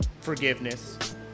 forgiveness